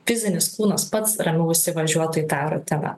fizinis kūnas pats ramiau įsivažiuotų į tą rutiną